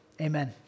amen